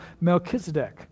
Melchizedek